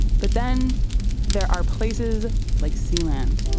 but then there are places like sealand